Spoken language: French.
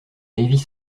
lévis